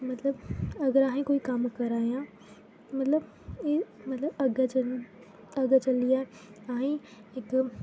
मतलब अगर अहें कोई कम्म करा दे आं मतलब एह् मतलब अग्गें चलियै अहें ई इक